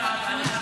סעדה,